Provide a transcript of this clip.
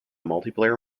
multiplayer